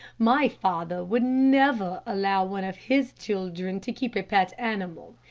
my father would never allow one of his children to keep a pet animal.